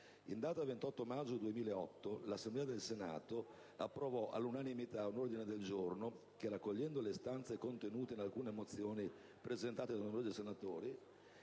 In data 28 maggio 2008 l'Assemblea del Senato ha approvato all'unanimità un ordine del giorno che, raccogliendo le istanze contenute in alcune mozioni presentate da numerosi senatori,